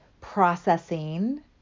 processing